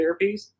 therapies